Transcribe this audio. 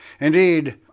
Indeed